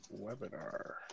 webinar